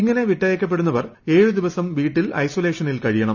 ഇങ്ങനെ വിട്ടയയ്ക്കപ്പെടുന്നവർ ഏഴ് ദിവസം വീട്ടിൽ ഐസൊലോ ഷനിൽ കഴിയണം